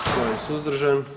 Tko je suzdržan?